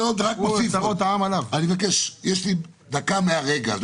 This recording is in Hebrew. אני מבקש, יש לי דקה מהרגע.